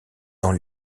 dans